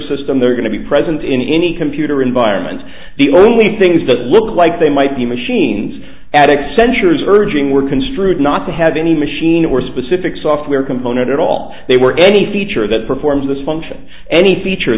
system they're going to be present in any computer environment the only things that look like they might be machines addicks centuries urging were construed not to have any machine or specific software component at all they were any feature that performs this function any feature